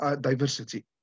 diversity